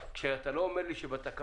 כשאתה לא אומר לי שבתקנות